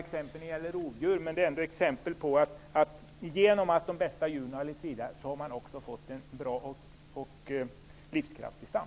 Det gäller visserligen i det fallet inte ett rovdjur, men genom ett bra urval har man fått en bra och livskraftig stam.